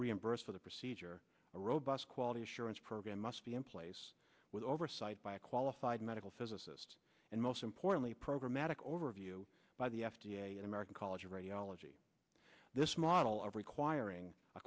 reimburse for the procedure a robust quality assurance program must be in place with oversight by a qualified medical physicist and most importantly programatic overview by the f d a an american college of radiology this model of requiring a